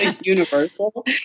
universal